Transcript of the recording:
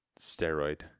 steroid